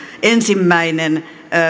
ensimmäinen